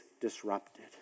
disrupted